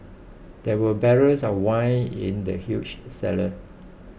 there were barrels of wine in the huge cellar